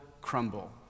crumble